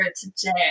today